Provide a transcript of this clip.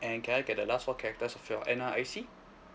and can I get the last four characters of your N_R_I_C